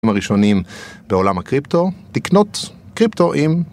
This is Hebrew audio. הראשונים בעולם הקריפטו, לקנות קריפטו עם...